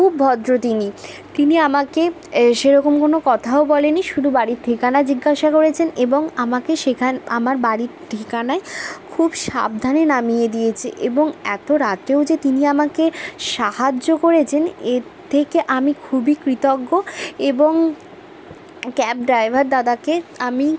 খুব ভদ্র তিনি তিনি আমাকে সেরকম কোনো কথাও বলেনি শুধু বাড়ির ঠিকানা জিজ্ঞাসা করেছেন এবং আমাকে সেইখান আমার বাড়ির ঠিকানায় খুব সাবধানে নামিয়ে দিয়েছে এবং এত রাতেও যে তিনি আমাকে সাহায্য করেছেন এর থেকে আমি খুবই কৃতজ্ঞ এবং ক্যাব ড্রাইভার দাদাকে আমি